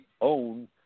own